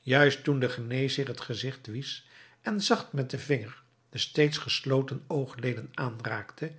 juist toen de geneesheer het gezicht wiesch en zacht met den vinger de steeds gesloten oogleden aanraakte